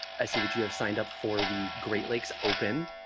i see that you have signed up for the great lakes open,